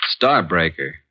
Starbreaker